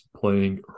playing